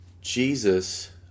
Jesus